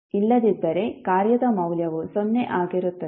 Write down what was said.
ಇಲ್ಲದಿದ್ದರೆ ಕಾರ್ಯದ ಮೌಲ್ಯವು ಸೊನ್ನೆ ಆಗಿರುತ್ತದೆ